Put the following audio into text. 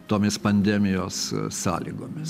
tomis pandemijos sąlygomis